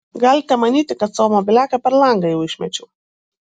galite manyti kad savo mobiliaką per langą jau išmečiau